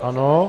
Ano.